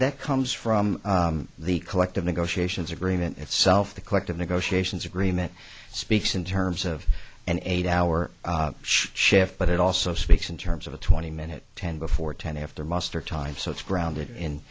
that comes from the collective negotiations agreement itself the collective negotiations agreement speaks in terms of an eight hour shift but it also speaks in terms of a twenty minute ten before ten after muster time so it's grounded in